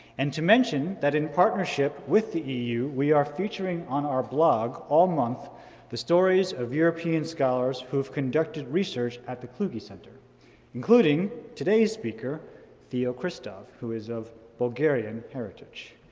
and to mention that in partnership with the eu, we are featuring on our blog all month the stories of european scholars who've conducted research at the kluge center including today's speaking theo christov, who is of bulgarian heritage.